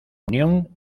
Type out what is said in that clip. unión